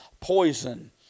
poison